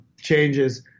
changes